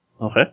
Okay